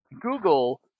Google